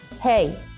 Hey